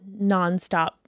nonstop